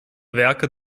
werke